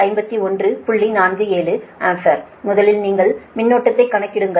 47 ampere முதலில் நீங்கள் மின்னோட்டத்தைக் கணக்கிடுங்கள்